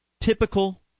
typical